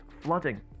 flooding